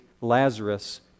Lazarus